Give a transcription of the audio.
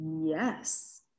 yes